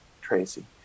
Tracy